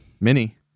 Mini